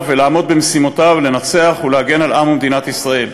ולעמוד במשימותיו לנצח ולהגן על עם ומדינת ישראל.